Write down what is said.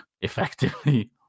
effectively